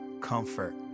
comfort